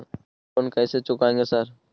हम लोन कैसे चुकाएंगे सर?